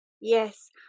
Yes